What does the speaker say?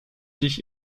sich